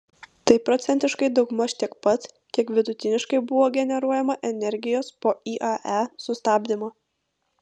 tai procentiškai daugmaž tiek pat kiek vidutiniškai buvo generuojama energijos po iae sustabdymo